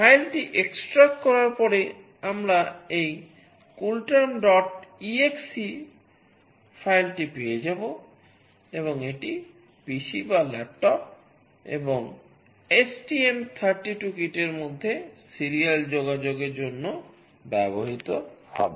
ফাইলটি extract করার পরে আমরা এই CoolTermexe ফাইলটি পেয়ে যাব এবং এটি পিসি বা ল্যাপটপ এবং STM32 কিটের মধ্যে সিরিয়াল যোগাযোগের জন্য ব্যবহৃত হবে